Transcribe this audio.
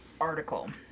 article